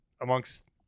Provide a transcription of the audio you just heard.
amongst